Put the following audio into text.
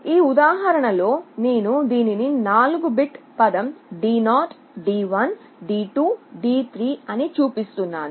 ఈ ఉదాహరణలో నేను దీనిని 4 బిట్ పదం D0 D1 D2 D3 అని చూపిస్తున్నాను